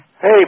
Hey